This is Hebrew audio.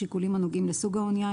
שיקולים הנוגעים לסוג האנייה,